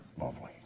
lovely